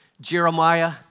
Jeremiah